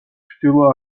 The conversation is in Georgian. ჩრდილო